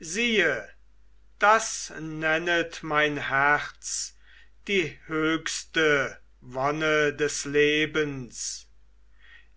siehe das nennet mein herz die höchste wonne des lebens